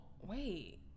wait